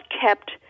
kept